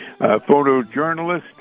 photojournalist